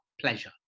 pleasure